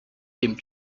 dem